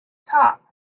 top